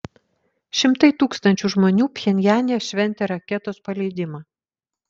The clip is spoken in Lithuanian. šimtai tūkstančių žmonių pchenjane šventė raketos paleidimą